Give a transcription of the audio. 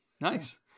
nice